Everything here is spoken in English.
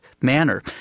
manner